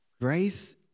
Grace